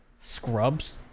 Scrubs